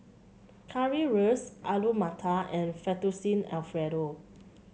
Currywurst Alu Matar and Fettuccine Alfredo